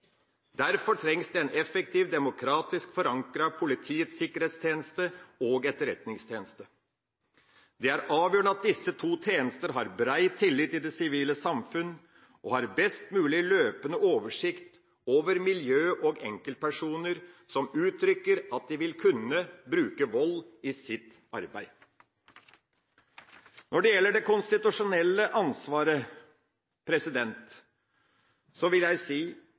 Derfor trengs det en effektiv, demokratisk forankret politiets sikkerhetstjeneste og en etterretningstjeneste. Det er avgjørende at disse to tjenester har bred tillit i det sivile samfunn og har best mulig løpende oversikt over miljøer og enkeltpersoner som uttrykker at de vil kunne bruke vold i sitt arbeid. Når det gjelder det konstitusjonelle ansvaret, vil jeg si